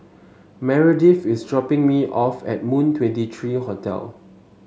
Meredith is dropping me off at Moon Twenty three Hotel